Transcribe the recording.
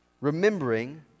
remembering